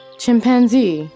chimpanzee